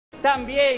También